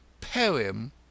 poem